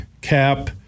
cap